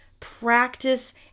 practice